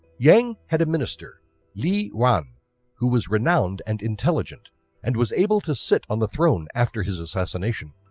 yang had a minister li yuan who was renowned and intelligent and was able to sit on the throne after his assassination.